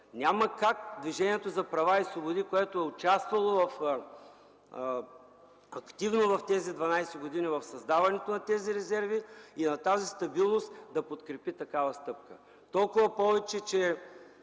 Няма как Движението за права и свободи, което в тези 12 години е участвало активно в създаването на тези резерви и на тази стабилност, да подкрепи такава стъпка. Толкова повече, че